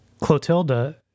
Clotilda